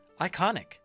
iconic